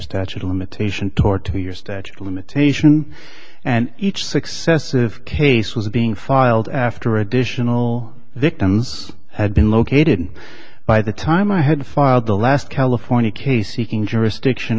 statute of limitation toward two your statute of limitation and each successive case was being filed after additional victims had been located and by the time i had filed the last california case seeking jurisdiction